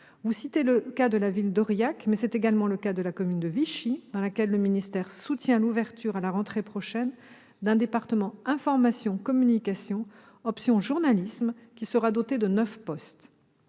Vous citez Aurillac, mais c'est également le cas de Vichy, dans laquelle le ministère soutient l'ouverture, à la rentrée prochaine, d'un département Information-communication, option journalisme, qui sera doté de 9 postes.